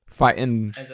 Fighting